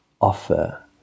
offer